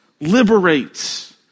liberates